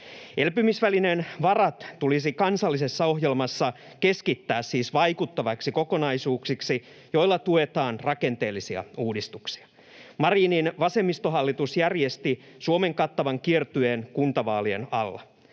Elpymisvälineen varat tulisi kansallisessa ohjelmassa keskittää siis vaikuttaviksi kokonaisuuksiksi, joilla tuetaan rakenteellisia uudistuksia. Marinin vasemmistohallitus järjesti Suomen kattavan kiertueen kuntavaalien alla.